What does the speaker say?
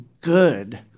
good